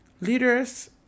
leaders